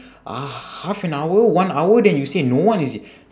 uh half an hour one hour then you say no one is in